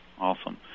Awesome